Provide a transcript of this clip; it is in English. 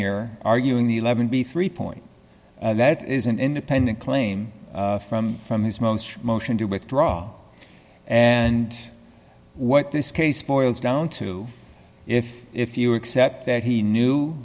here arguing the eleven b three point that is an independent claim from his motion to withdraw and what this case boils down to if if you accept that he knew